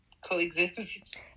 coexist